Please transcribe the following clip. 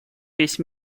весь